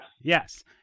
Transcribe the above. Yes